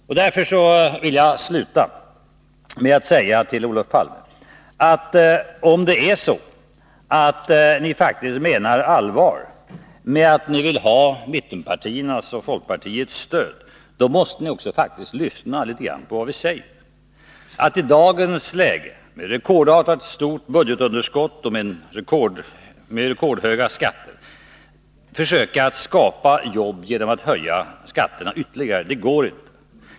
Mot den bakgrunden vill jag sluta med att säga till Olof Palme, att om det är så att ni faktiskt menar allvar med att ni vill ha mittenpartiernas stöd, då måste ni också lyssna litet på vad vi säger. Att i dagens läge, med rekordartat stort budgetunderskott och med rekordhöga skatter, försöka skapa jobb genom att höja skatterna ytterligare går inte.